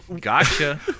gotcha